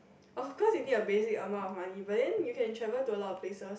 of course you need a basic amount of money but then you can travel to a lot of places